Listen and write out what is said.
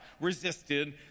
resisted